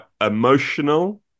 emotional